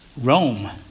Rome